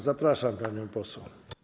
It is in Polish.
Zapraszam panią poseł.